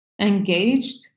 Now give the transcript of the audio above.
engaged